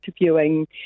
interviewing